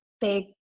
big